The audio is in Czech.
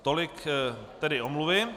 tolik tedy omluvy.